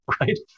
right